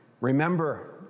Remember